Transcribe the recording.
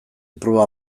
proba